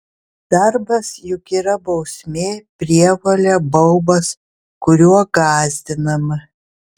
darbas juk yra bausmė prievolė baubas kuriuo gąsdinama